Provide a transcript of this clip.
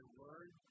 word